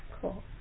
Cool